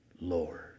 Lord